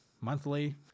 monthly